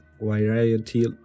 variety